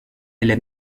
elle